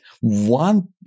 one